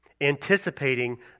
anticipating